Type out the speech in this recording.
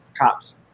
cops